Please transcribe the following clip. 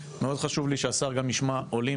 מאוד חשוב לי שהשר גם ישמע עולים